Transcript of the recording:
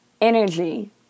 energy